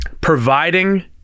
providing